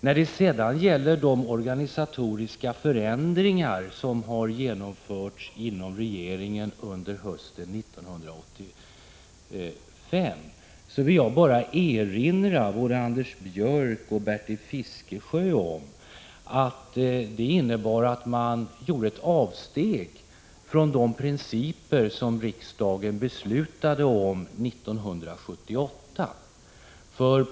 När det gäller de organisatoriska förändringar som har genomförts inom regeringen under hösten 1985 vill jag bara erinra både Anders Björck och Bertil Fiskesjö om att de innebar att det gjordes ett avsteg från de principer som riksdagen beslutade om 1978.